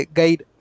guide